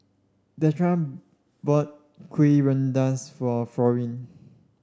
Deidra bought Kuih Rengas for Florene